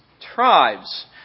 tribes